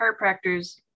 chiropractors